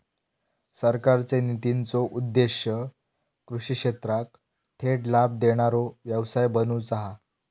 सरकारचे नितींचो उद्देश्य कृषि क्षेत्राक थेट लाभ देणारो व्यवसाय बनवुचा हा